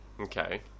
okay